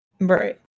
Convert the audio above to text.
right